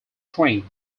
train